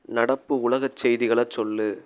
நடப்பு உலகச் செய்திகளை சொல்